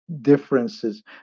differences